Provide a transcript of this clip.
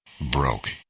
broke